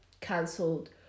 Cancelled